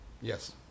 yes